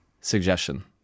suggestion